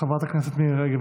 חברת הכנסת מירי רגב,